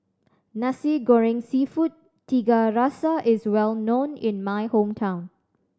Nasi Goreng Seafood Tiga Rasa is well known in my hometown